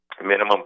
minimum